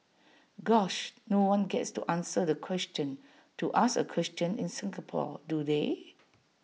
gosh no one gets to answer the question to ask A question in Singapore do they